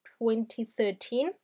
2013